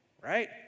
right